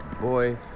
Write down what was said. boy